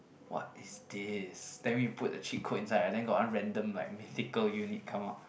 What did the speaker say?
what is this then we put the cheat code inside and then got one random like mystical unit come out